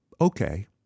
okay